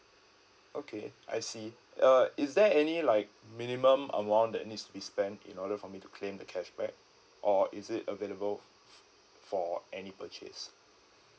okay I see uh is there any like minimum amount that needs to be spent in order for me to claim the cashback or is it available for any purchase